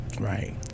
Right